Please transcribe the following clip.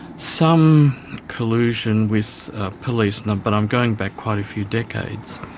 some collusion with police, and and but i'm going back quite a few decades,